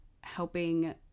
helping